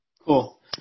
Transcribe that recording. Cool